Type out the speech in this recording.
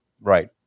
right